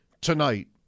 tonight